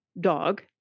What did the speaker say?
dog